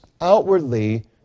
outwardly